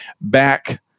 back